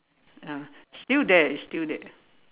ah still there it's still there